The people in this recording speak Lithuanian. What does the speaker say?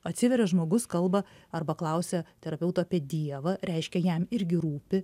atsiveria žmogus kalba arba klausia terapeuto apie dievą reiškia jam irgi rūpi